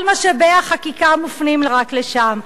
כל משאבי החקיקה מופנים רק לשם.